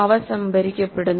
അവ സംഭരിക്കപ്പെടുന്നു